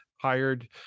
hired